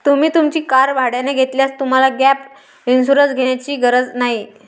तुम्ही तुमची कार भाड्याने घेतल्यास तुम्हाला गॅप इन्शुरन्स घेण्याची गरज नाही